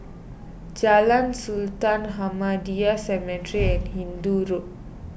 Jalan Sultan Ahmadiyya Cemetery and Hindoo Road